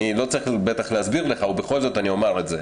אני לא צריך בטח להסביר לך ובכל זאת אני אומר את זה,